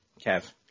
Kev